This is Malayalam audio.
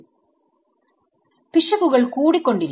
പിശകുകൾ കൂടി കൊണ്ടിരിക്കും